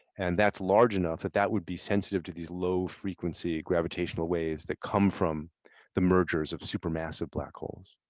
and that's large enough that that would be sensitive to these low frequency gravitational waves that come from the mergers of supermassive black holes.